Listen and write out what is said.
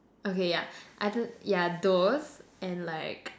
okay yeah I yeah those and like